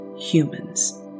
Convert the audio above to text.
humans